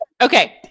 Okay